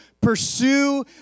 pursue